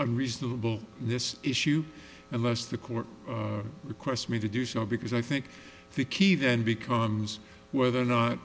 a reasonable this issue unless the court requests me to do so because i think the key then becomes whether or not